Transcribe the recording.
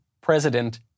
president